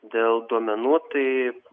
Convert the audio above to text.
dėl duomenų taip